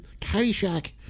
Caddyshack